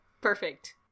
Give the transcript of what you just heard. Perfect